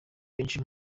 benshi